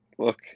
Look